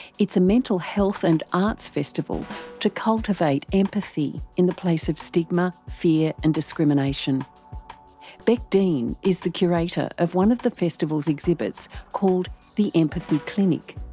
it's a mental health and arts festival to cultivate empathy in the place of stigma, fear and discriminationbec dean is the curator of one of the festival's exhibits called the empathy clinic.